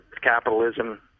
capitalism